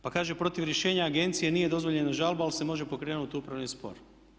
Pa kaže protiv rješenja agencije nije dozvoljena žalba ali se može pokrenuti upravni spor.